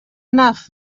enough